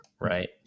right